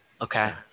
Okay